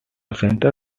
center